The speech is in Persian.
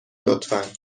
لطفا